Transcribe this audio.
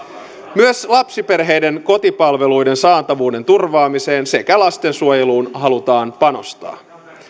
myös lapsiperheiden kotipalveluiden saatavuuden turvaamiseen sekä lastensuojeluun halutaan panostaa